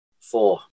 Four